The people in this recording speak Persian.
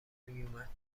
میومد